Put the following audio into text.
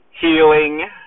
healing